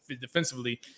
Defensively